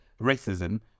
racism